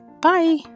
Bye